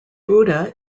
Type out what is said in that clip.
buddha